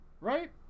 right